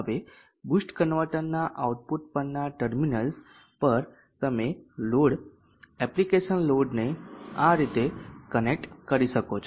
હવે બૂસ્ટ કન્વર્ટરના આઉટપુટ પરના ટર્મિનલ્સ પર તમે લોડ એપ્લિકેશન લોડને આ રીતે કનેક્ટ કરી શકો છો